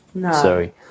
sorry